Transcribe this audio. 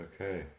Okay